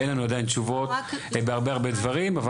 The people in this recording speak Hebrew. שאין לנו עדיין תשובות בהרבה דברים.